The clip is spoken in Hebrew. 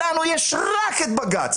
לנו יש רק בג"ץ.